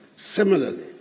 Similarly